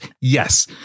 Yes